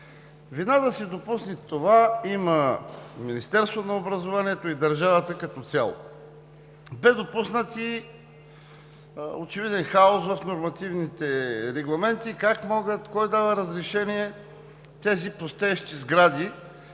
Вина да се допусне това има Министерството на образованието и науката и държавата като цяло. Бе допуснат и очевиден хаос в нормативните регламенти: как могат, кой дава разрешение тези пустеещи сгради